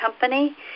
company